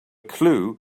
clue